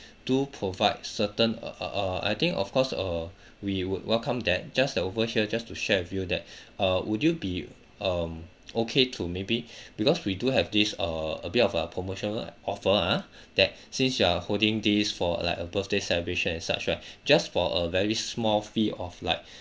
do provide certain uh uh uh I think of course err we would welcome that just that over here just to share with you that uh would you be um okay to maybe because we do have this err a bit of a promotional offer ah that since you are holding this for like a birthday celebration and such right just for a very small fee of like